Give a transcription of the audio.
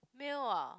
meal ah